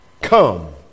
come